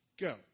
go